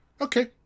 Okay